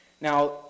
Now